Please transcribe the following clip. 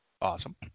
Awesome